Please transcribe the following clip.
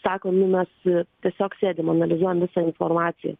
sako nu mes tiesiog sėdim analizuojam visą informaciją